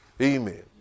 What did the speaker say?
Amen